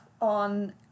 on